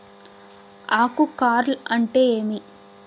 ఆకు కార్ల్ అంటే ఏమి?